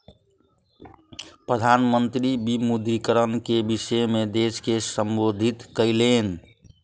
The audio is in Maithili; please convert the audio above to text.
प्रधान मंत्री विमुद्रीकरण के विषय में देश के सम्बोधित कयलैन